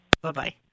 bye-bye